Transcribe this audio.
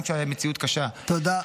גם כשהמציאות קשה --- תודה.